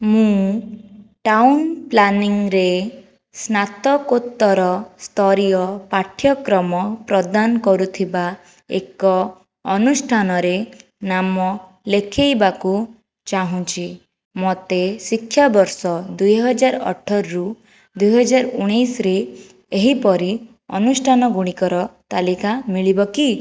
ମୁଁ ଟାଉନ୍ ପ୍ଲାନିଂରେ ସ୍ନାତକୋତ୍ତର ସ୍ତରୀୟ ପାଠ୍ୟକ୍ରମ ପ୍ରଦାନ କରୁଥିବା ଏକ ଅନୁଷ୍ଠାନରେ ନାମ ଲେଖାଇବାକୁ ଚାହୁଁଛି ମୋତେ ଶିକ୍ଷାବର୍ଷ ଦୁଇହଜାରଅଠର ରୁ ଦୁଇହଜାରଉଣେଇଶିରେ ଏହିପରି ଅନୁଷ୍ଠାନ ଗୁଡ଼ିକର ତାଲିକା ମିଳିବ କି